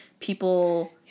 People